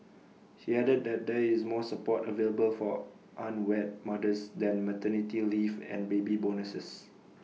he added that there is more support available for unwed mothers than maternity leave and baby bonuses